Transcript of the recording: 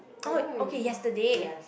I don't know what you were saying yes